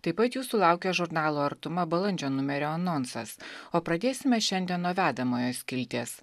taip pat jūsų laukia žurnalo artuma balandžio numerio anonsas o pradėsime šiandien nuo vedamojo skilties